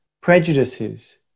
prejudices